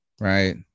Right